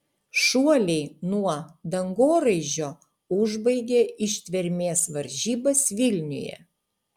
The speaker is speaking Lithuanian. šuoliai nuo dangoraižio užbaigė ištvermės varžybas vilniuje